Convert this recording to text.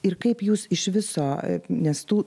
ir kaip jūs iš viso nes tų